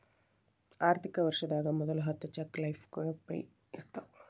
ಆರ್ಥಿಕ ವರ್ಷದಾಗ ಮೊದಲ ಹತ್ತ ಚೆಕ್ ಲೇಫ್ಗಳು ಫ್ರೇ ಇರ್ತಾವ